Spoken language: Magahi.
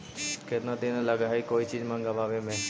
केतना दिन लगहइ कोई चीज मँगवावे में?